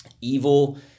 evil